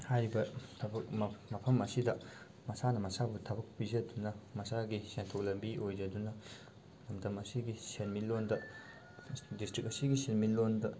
ꯍꯥꯏꯔꯤꯕ ꯊꯕꯛ ꯃꯐꯝ ꯑꯁꯤꯗ ꯃꯁꯥꯅ ꯃꯁꯥꯕꯨ ꯊꯕꯛ ꯄꯤꯖꯗꯨꯅ ꯃꯁꯥꯒꯤ ꯁꯦꯟꯊꯣꯛ ꯂꯝꯕꯤ ꯑꯣꯏꯖꯗꯨꯅ ꯂꯝꯗꯝ ꯑꯁꯤꯒꯤ ꯁꯦꯟꯃꯤꯠꯂꯣꯟꯗ ꯗꯤꯁꯇ꯭ꯔꯤꯛ ꯑꯁꯤꯒꯤ ꯁꯦꯟꯃꯤꯠꯂꯣꯟꯗ